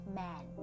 man